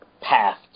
path